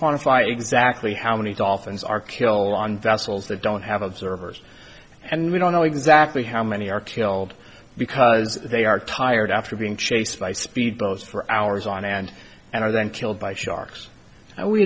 quantify exactly how many dolphins are killed on vessels that don't have observers and we don't know exactly how many are killed because they are tired after being chased by speedboat for hours on end and are then killed by sharks and we